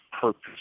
purpose